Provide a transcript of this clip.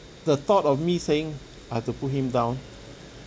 the thought of me saying I've to put him down